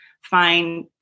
find